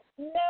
No